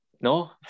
No